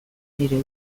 nire